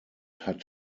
hat